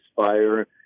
fire